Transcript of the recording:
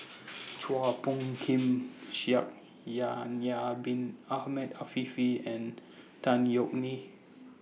Chua Phung Kim Shaikh Yahya Bin Ahmed Afifi and Tan Yeok Me